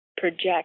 project